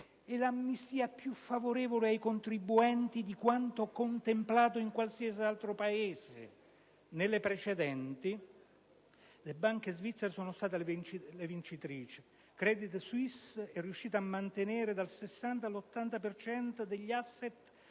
È l'amnistia più favorevole ai contribuenti di quanto contemplato in qualsiasi altro Paese. Nelle precedenti amnistie le banche svizzere sono state le vincitrici. *Credit Suisse* è riuscita a mantenere dal 60 all'80 per cento